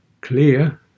clear